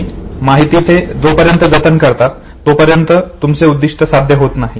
तुम्ही माहितीचे तोपर्यंत जतन करतात जोपर्यंत तुमचे उद्दिष्ट साध्य होत नाही